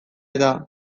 eta